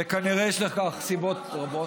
וכנראה יש לכך סיבות רבות.